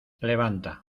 levanta